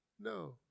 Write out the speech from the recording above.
No